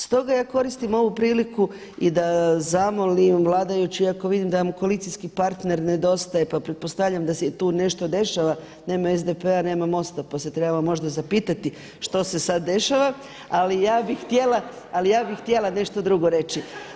Stoga ja koristim ovu priliku i da zamolim vladajuće iako vidim da im koalicijski partner nedostaje pa pretpostavljam da se i tu nešto dešava, nema SDP-a, nema MOST-a pa se trebamo možda zapitati što se sada dešava ali ja bih htjela, ali ja bih htjela nešto drugo reći.